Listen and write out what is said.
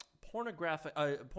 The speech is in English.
pornographic